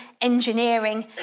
engineering